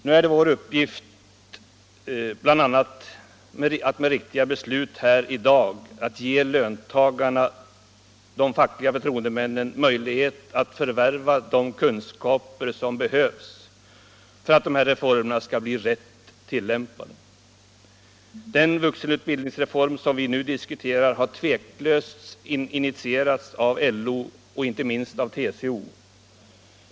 Nu är det vår uppgift bl.a. med riktiga beslut här i dag att ge löntagarna, de fackliga förtroendemännen möjlighet att förvärva de kunskaper som behövs för att dessa reformer skall bli rätt tillämpade. Den vuxenutbildningsreform som vi nu diskuterar har tveklöst initierats av LO, och inte minst av TCO.